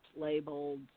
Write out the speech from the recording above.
labeled